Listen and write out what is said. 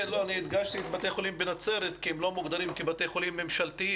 אני הדגשתי את בתי החולים בנצרת כי הם לא מוגדרים כבתי חולים ממשלתיים,